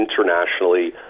internationally